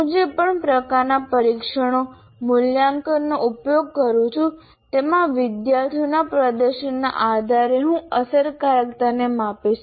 હું જે પણ પ્રકારના પરીક્ષણો મૂલ્યાંકનોનો ઉપયોગ કરું છું તેમાં વિદ્યાર્થીઓના પ્રદર્શનના આધારે હું અસરકારકતાને માપીશ